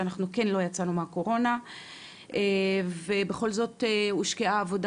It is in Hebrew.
שאנחנו עדיין לא יצאנו מהקורונה ובכל זאת הושקעה עבודה